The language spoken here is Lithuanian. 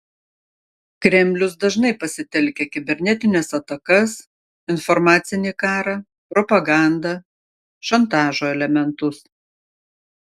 kremlius dažniai pasitelkia kibernetines atakas informacinį karą propagandą šantažo elementus